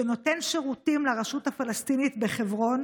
שנותן שירותים לרשות הפלסטינית בחברון